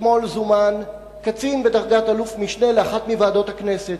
אתמול זומן קצין בדרגת אלוף-משנה לאחת מוועדות הכנסת,